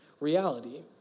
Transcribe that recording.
reality